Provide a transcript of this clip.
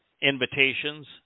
invitations